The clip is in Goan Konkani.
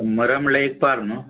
मरम म्हश्यार एक पार न्हू